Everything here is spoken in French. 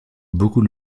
beaucoup